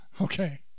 Okay